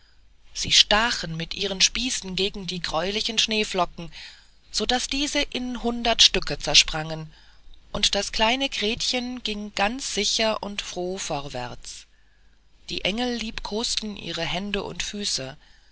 sie stachen mit ihren spießen gegen die greulichen schneeflocken sodaß diese in hundert stücke zersprangen und das kleine gretchen ging ganz sicher und froh vorwärts die engel liebkosten ihre hände und füße